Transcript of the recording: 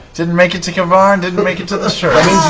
didn't make it to k'varn, didn't make it to the shirts.